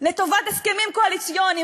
לטובת הסכמים קואליציוניים,